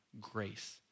grace